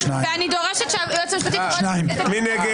מי נגד?